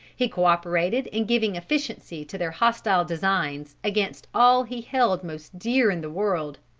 he co-operated in giving efficiency to their hostile designs against all he held most dear in the world.